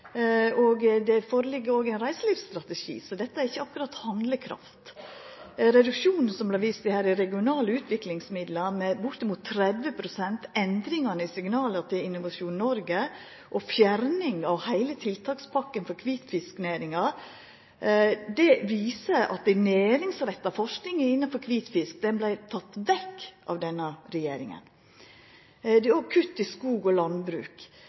og det ligg òg føre ein reiselivsstrategi, så dette er ikkje akkurat handlekraft. Reduksjonen – som det vart vist til her – i regionale utviklingsmidlar med bortimot 30 pst., endringane i signala til Innovasjon Norge og fjerning av heile tiltakspakka for kvitfisknæringa viser at den næringsretta forskinga innanfor kvitfisk vart teken vekk av denne regjeringa. Det er òg kutt i skog- og landbruk.